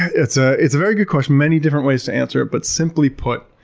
it's ah it's a very good question. many different ways to answer it, but simply put,